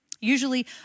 Usually